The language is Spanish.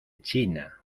china